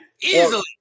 easily